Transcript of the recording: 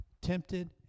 tempted